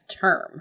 term